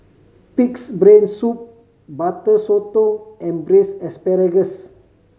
Pig's Brain Soup Butter Sotong and Braised Asparagus